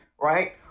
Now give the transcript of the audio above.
right